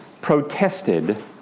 protested